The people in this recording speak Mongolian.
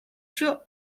шүү